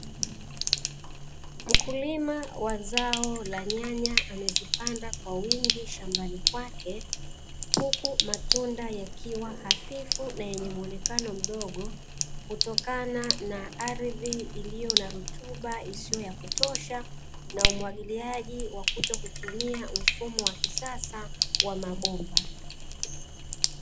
Mkulima wa zao la nyanya amezipanda kwa wingi shambani kwake, huku matunda yakiwa hafifu na yenye muonekano mdogo, kutokana na ardhi iliyo na rutuba isiyo ya kutosha, na umwagiliaji wa kutokutumia mfumo wa kisasa wa mabomba.